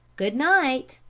good night!